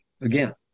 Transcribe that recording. again